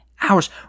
hours